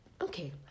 Okay